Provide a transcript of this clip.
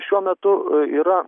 šiuo metu yra